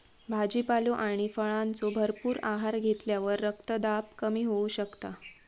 भाजीपालो आणि फळांचो भरपूर आहार घेतल्यावर रक्तदाब कमी होऊ शकता